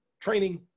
training